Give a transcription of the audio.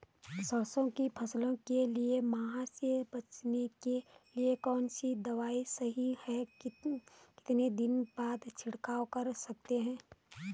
सरसों की फसल के लिए माह से बचने के लिए कौन सी दवा सही है कितने दिन बाद छिड़काव कर सकते हैं?